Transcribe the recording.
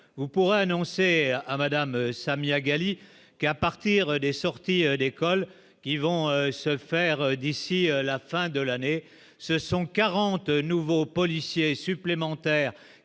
on pourrait annoncer à Madame Samia Ghali qu'à partir des sorties d'école qui vont se faire d'ici la fin de l'année ce sont 40 nouveaux policiers supplémentaires